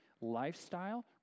lifestyle